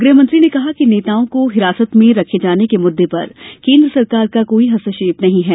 गृहमंत्री ने कहा कि नेताओं को हिरासत में रखे जाने के मुद्दे पर केंद्र सरकार का कोई हस्तक्षेप नहीं है